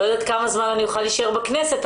לא יודעת כמה אני אוכל להישאר בכנסת,